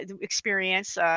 experience